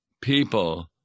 people